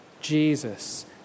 Jesus